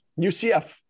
UCF